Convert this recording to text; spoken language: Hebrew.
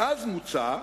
ואז מוצע: